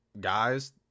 Guys